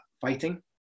fighting